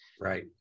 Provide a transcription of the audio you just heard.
right